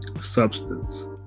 substance